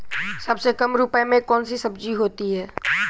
सबसे कम रुपये में कौन सी सब्जी होती है?